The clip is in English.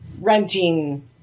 renting